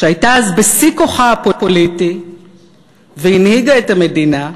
שהייתה אז בשיא כוחה הפוליטי והנהיגה את המדינה,